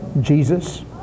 Jesus